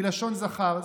היא לשון זכר.